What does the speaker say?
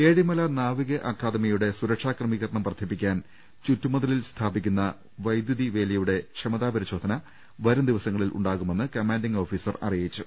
ഏഴിമല നാവിക അക്കാദമിയുടെ സുരക്ഷാ ക്രമീകരണം വർദ്ധി പ്പിക്കാൻ ചുറ്റുമതിലിൽ സ്ഥാപിക്കുന്ന വൈദ്യുതി വേലിയുടെ ക്ഷമ താപരിശോധന വരും ദിവസങ്ങളിൽ ഉണ്ടാകുമെന്ന് കമാന്റിങ്ങ് ഓഫീ സർ അറിയിച്ചു